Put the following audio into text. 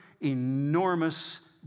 enormous